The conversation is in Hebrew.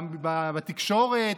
בתקשורת,